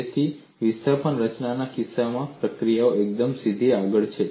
તેથી વિસ્થાપન રચનાના કિસ્સામાં પ્રક્રિયા એકદમ સીધી આગળ છે